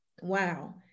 wow